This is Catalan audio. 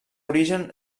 origen